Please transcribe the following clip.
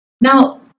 Now